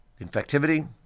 Infectivity